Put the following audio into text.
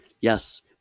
Yes